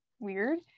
weird